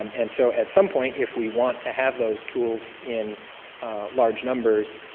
um and so, at some point, if we want to have those tools in large numbers,